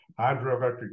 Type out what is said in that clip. hydroelectric